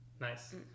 Nice